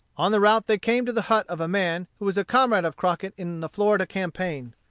on the route they came to the hut of a man who was a comrade of crockett in the florida campaign.